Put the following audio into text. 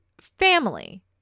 family